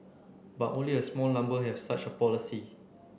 but only a small number have such a policy